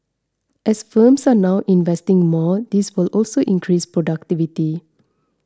as firms are now investing more this will also increase productivity